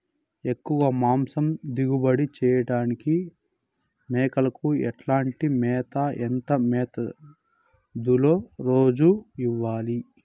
ఎక్కువగా మాంసం దిగుబడి చేయటానికి మేకలకు ఎట్లాంటి మేత, ఎంత మోతాదులో రోజు ఇవ్వాలి?